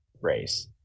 race